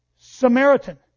Samaritan